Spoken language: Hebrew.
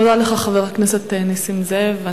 אני מודה לך, חבר הכנסת נסים זאב.